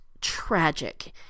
tragic